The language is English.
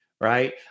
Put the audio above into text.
right